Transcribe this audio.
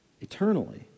eternally